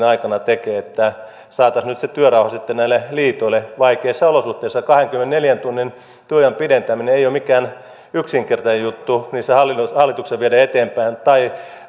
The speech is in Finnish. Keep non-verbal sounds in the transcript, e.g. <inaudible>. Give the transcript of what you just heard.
<unintelligible> aikana tekee että saataisiin nyt se työrauha sitten näille liitoille vaikeissa olosuhteissa kahdenkymmenenneljän tunnin työajan pidentäminen ei ole mikään yksinkertainen juttu hallituksen viedä eteenpäin tai